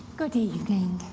good evening.